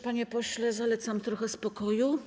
Panie pośle, zalecam trochę spokoju.